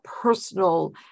personal